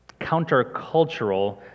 countercultural